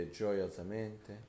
gioiosamente